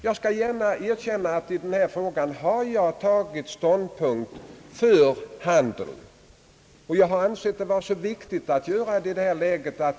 Jag skall gärna erkänna, att jag i denna fråga har tagit ställning för handeln. Det var enligt min uppfattning viktigt att göra det i detta läge.